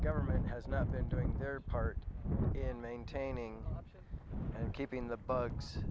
government has not been doing their part in maintaining and keeping the bugs